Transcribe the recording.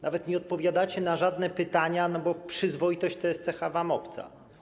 Nawet nie odpowiadacie na żadne pytania, bo przyzwoitość to jest cecha wam obca.